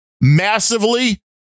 massively